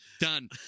done